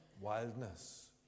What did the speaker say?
wildness